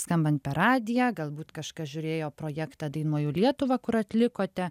skambant per radiją galbūt kažkas žiūrėjo projektą dainuoju lietuvą kur atlikote